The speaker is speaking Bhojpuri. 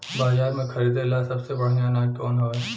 बाजार में खरदे ला सबसे बढ़ियां अनाज कवन हवे?